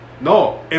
No